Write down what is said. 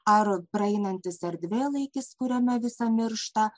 ar praeinantis erdvėlaikis kuriame visa miršta